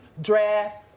draft